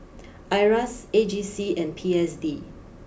Iras A G C and P S D